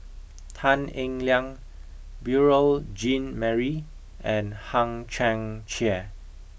Tan Eng Liang Beurel Jean Marie and Hang Chang Chieh